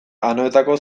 anoetako